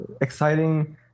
exciting